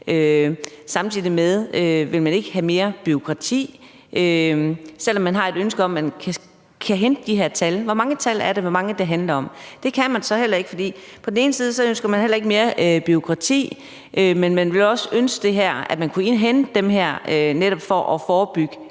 samtidig vil man ikke have mere bureaukrati, selv om man har et ønske om, at man kan hente de her tal: Hvor mange er det, det handler om? Det kan man så ikke, for på den ene side ønsker man ikke mere bureaukrati, men på den anden side ønsker man, at man kunne hente dem, netop for at forebygge